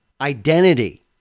identity